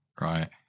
right